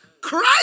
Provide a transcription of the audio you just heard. Christ